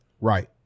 Right